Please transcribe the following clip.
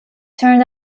turned